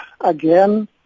again